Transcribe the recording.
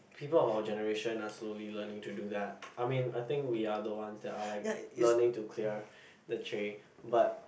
people of our generation are slowly learning to do that I mean I think we are the one that are like learning to clear the tray but